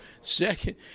Second